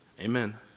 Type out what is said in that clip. Amen